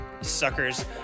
suckers